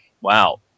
wow